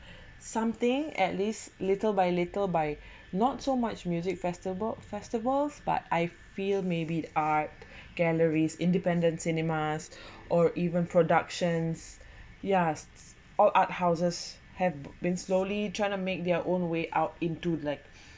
something at least little by little by not so much music festival festivals but I feel maybe art galleries independence cinemas or even productions yeah all art houses have been slowly trying to make their own way out into like